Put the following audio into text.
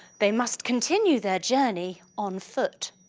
they must continue their journey on foot.